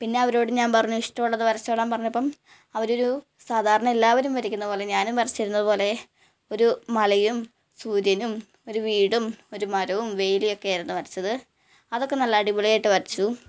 പിന്നെ അവരോട് ഞാൻ പറഞ്ഞു ഇഷ്ടമുള്ളത് വരച്ചോളാൻ പറഞ്ഞപ്പം അവർ ഒരു സാധാരണ എല്ലാവരും വരയ്ക്കുന്നത് പോലെ ഞാനും വരച്ചിരുന്നത് പോലെ ഒരു മലയും സൂര്യനും ഒരു വീടും ഒരു മരവും വേലിയൊക്കെയിരുന്നു വരച്ചത് അതൊക്കെ നല്ല അടിപൊളിയായിട്ട് വരച്ചു